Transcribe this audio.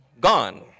gone